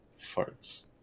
Farts